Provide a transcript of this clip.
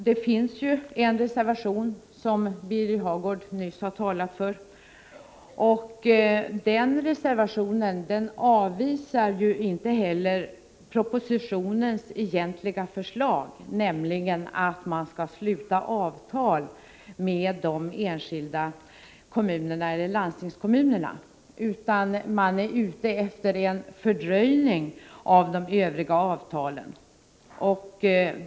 Det finns en reservation, som Birger Hagård nyss har talat för. I den reservationen avvisas inte heller propositionens egentliga förslag, nämligen att man skall sluta avtal med de enskilda kommunerna eller landstingskommunerna, utan reservanterna är ute efter en fördröjning av avtalen.